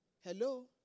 Hello